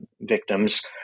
victims